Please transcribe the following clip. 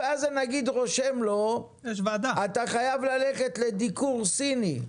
למשל, הוא רושם לו, אתה חייב ללכת לדיקור סיני,